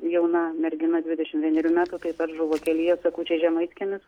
jauna mergina dvidešim vienerių metų taip pat žuvo kelyje sakučiai žemaitkiemis